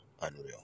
unreal